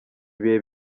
ibihe